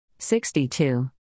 62